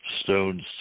stones